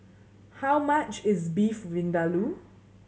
how much is Beef Vindaloo